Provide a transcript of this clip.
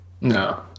No